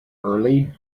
early